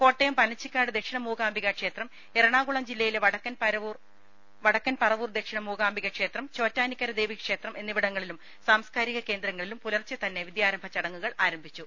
കോട്ടയം പനച്ചിക്കാട് ദക്ഷിണമൂകാംബിക ക്ഷേത്രം എറ ണാകുളം ജില്ലയിലെ വടക്കൻ ്പരവൂർ ദക്ഷിണ മൂകാംബിക ക്ഷേത്രം ചോറ്റാനിക്കര ദേവീക്ഷേത്രം എന്നിവിടങ്ങളിലും സാംസ്കാരിക കേന്ദ്രങ്ങളിലും പുലർച്ചെ തന്നെ വിദ്യാരംഭ ചട ങ്ങുകൾ ആരംഭിച്ചു